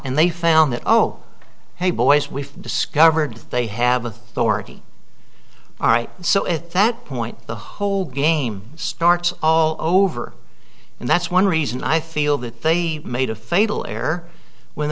and they found that oh hey boys we've discovered they have authority all right so at that point the whole game starts all over and that's one reason i feel that they made a fatal error when